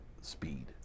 speed